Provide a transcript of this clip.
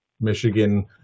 Michigan